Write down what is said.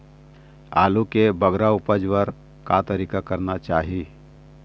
आलू के बगरा उपज बर का तरीका करना चाही?